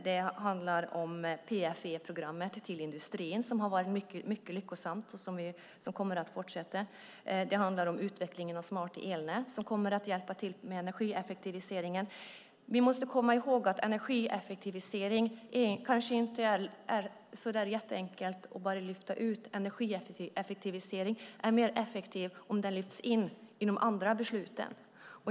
Det handlar om PFE-programmet till industrin, som har varit mycket lyckosamt och som kommer att fortsätta. Det handlar om utvecklingen av smarta elnät, som kommer att hjälpa till med energieffektiviseringen. Vi måste komma ihåg att energieffektiviseringen kanske inte är så där jätteenkel att bara lyfta ut. Energieffektiviseringen är mer effektiv om den lyfts in i de andra besluten.